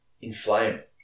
inflamed